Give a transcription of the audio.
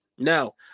Now